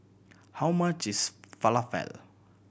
how much is Falafel